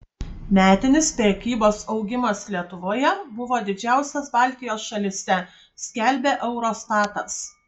metinis prekybos augimas lietuvoje buvo didžiausias baltijos šalyse skelbia eurostatas